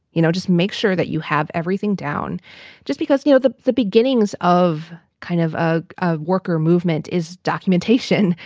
you know, just make sure that you have everything down just because, you know, the the beginnings of kind of ah of worker movement is documentation,